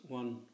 one